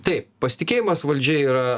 taip pasitikėjimas valdžia yra